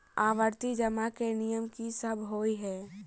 आवर्ती जमा केँ नियम की सब होइ है?